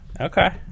Okay